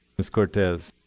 miss cortez.